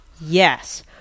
Yes